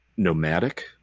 Nomadic